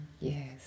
yes